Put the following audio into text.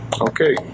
Okay